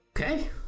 Okay